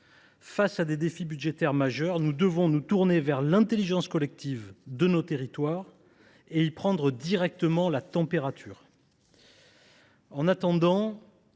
Face à des défis budgétaires majeurs, nous devons nous tourner vers l’intelligence collective de nos territoires et y prendre directement la température.